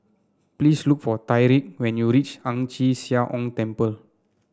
please look for Tyrique when you reach Ang Chee Sia Ong Temple